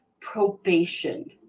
probation